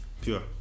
Pure